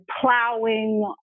plowing